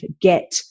get